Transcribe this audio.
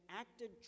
acted